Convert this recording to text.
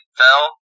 fell